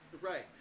Right